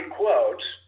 quotes